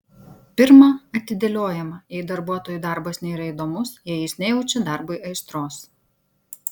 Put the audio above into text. pirma atidėliojama jei darbuotojui darbas nėra įdomus jei jis nejaučia darbui aistros